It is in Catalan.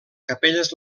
capelles